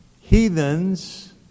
heathens